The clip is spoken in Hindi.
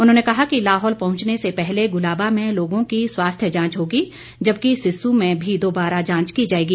उन्होंने कहा कि लाहौल पहुंचने से पहले गुलाबा में लोगों की स्वास्थ्य जांच होगी जबकि सिस्सु में भी दोबारा जांच की जाएगी